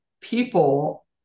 people